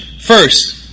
first